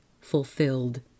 fulfilled